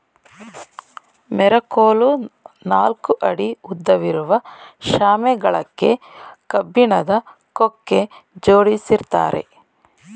ಮೆರಕೋಲು ನಾಲ್ಕು ಅಡಿ ಉದ್ದವಿರುವ ಶಾಮೆ ಗಳಕ್ಕೆ ಕಬ್ಬಿಣದ ಕೊಕ್ಕೆ ಜೋಡಿಸಿರ್ತ್ತಾರೆ